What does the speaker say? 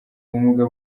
ubumuga